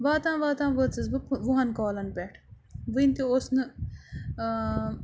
واتان واتان وٲژٕس بہٕ وُہَن کالَن پٮ۪ٹھ وٕنہِ تہِ اوس نہٕ